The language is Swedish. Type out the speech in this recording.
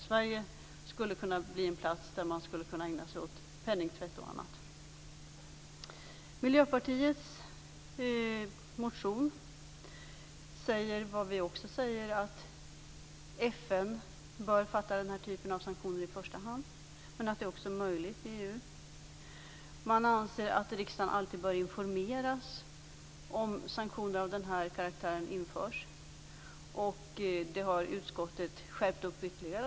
Sverige skulle kunna bli en plats där man skulle kunna ägna sig åt penningtvätt och annat. Miljöpartiets motion säger vad vi också säger, dvs. att FN bör besluta om den här typen av sanktioner i första hand, men att det också är möjligt i EU. Man anser att riksdagen alltid bör informeras om sanktioner av den här karaktären införs, och det har utskottet skärpt ytterligare.